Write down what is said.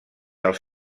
als